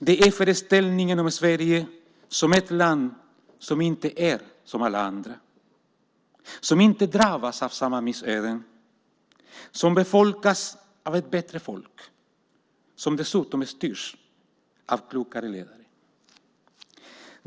Det är föreställningen om Sverige som ett land som inte är som alla andra, som inte drabbas av samma missöden, som befolkas av ett bättre folk som dessutom styrs av klokare ledare.